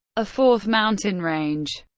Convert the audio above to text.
a fourth mountain range,